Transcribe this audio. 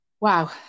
Wow